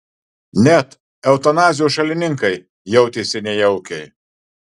net eutanazijos šalininkai jautėsi nejaukiai